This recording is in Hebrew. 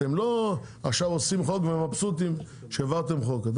אתם לא עושים חוק ומבסוטים מכך שהעברתם אותו.